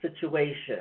situation